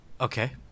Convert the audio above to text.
Okay